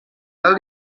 del